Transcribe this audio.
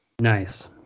Nice